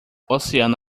oceano